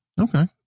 Okay